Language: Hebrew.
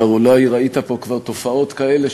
אולי ראית פה כבר תופעות כאלה,